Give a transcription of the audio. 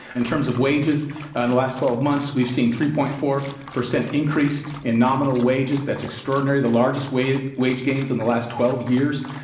in terms of wages ah in the last twelve months, we've seen three. four percent increase in nominal wages. that's extraordinary, the largest wage wage gains in the last twelve years.